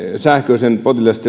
sähköisen